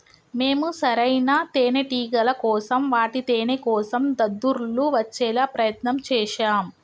మేము సరైన తేనేటిగల కోసం వాటి తేనేకోసం దద్దుర్లు వచ్చేలా ప్రయత్నం చేశాం